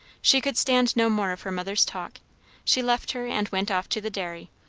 she could stand no more of her mother's talk she left her and went off to the dairy,